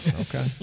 Okay